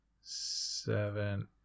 seven